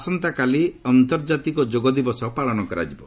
ଆସନ୍ତାକାଲି ଆନ୍ତର୍ଜାତିକ ଯୋଗଦିବସ ପାଳନ କରାଯିବ